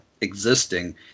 existing